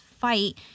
fight